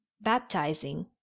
baptizing